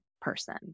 person